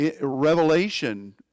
revelation